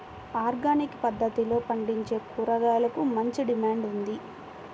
organic పద్దతిలో పండించే కూరగాయలకు మంచి డిమాండ్ ఉంది